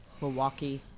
Milwaukee